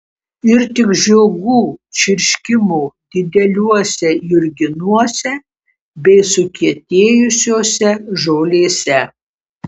ir tik žiogų čirškimo dideliuose jurginuose bei sukietėjusiose žolėse